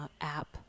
app